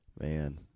Man